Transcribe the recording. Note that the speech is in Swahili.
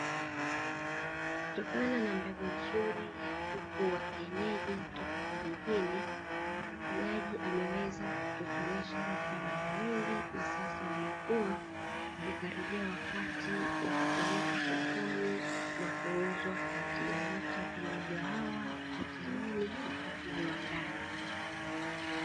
Kutokana na mbegu nzuri ya kuku wa kienyeji kutoka vijijini, mfugaji ameweza kutotolesha vifaranga wengi, na sasa wamekua wakikaribia wakati wa kupelekwa sokoni na kuuzwa kwa wateja wote wa kwenye migahawa, hotelini mpaka viwandani.